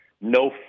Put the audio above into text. no